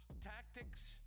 tactics